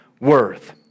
worth